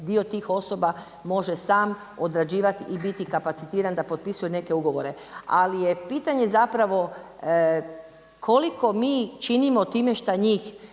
dio tih osoba može sam odrađivati i biti kapacitiran da potpisuje neke ugovore. Ali je pitanje zapravo koliko mi činimo time što njih